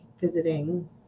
visiting